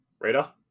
Radar